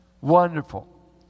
Wonderful